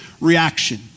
reaction